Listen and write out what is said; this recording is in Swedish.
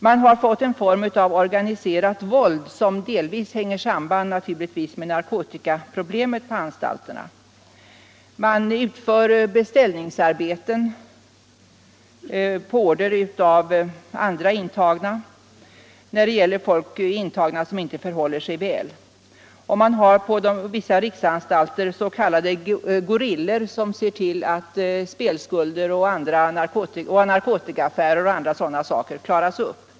Det har uppstått en form av organiserat våld, som naturligtvis delvis hänger samman med narkotikaproblemet på anstalterna. På order av vissa intagna utförs beställningsarbeten av andra när det gäller intagna som inte förhåller sig väl. Man har på vissa riksanstalter s.k. gorillor, som ser till att spelskulder, narkotikaaffärer och andra sådana saker klaras upp.